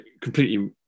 completely